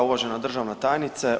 Uvažena državna tajnice.